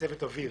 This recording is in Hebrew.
צוות אוויר.